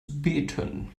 beten